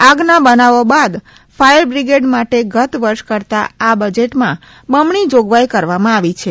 આગના બનાવો બાદફાયરબ્રિગેડ માટે ગત વર્ષ કરતાં આ બજેટમાં બમણી જોગવાઈ કરવામાં આવી છે